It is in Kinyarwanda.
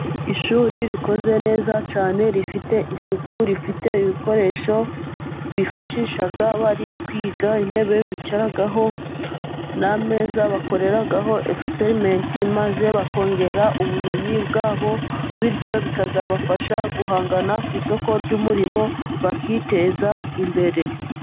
Ishuri rikoze neza cyane, rifite isuku, rifite ibikoresho bifashishaga bari kwiga, intebe bicaraho n'ameza, bakoreraho egisiperimenti; maze bakongera ubumenyi bwabo, bityo bikazabafasha guhangana ku isoko ry'umurimo. Bakiteza imbere.